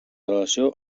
relació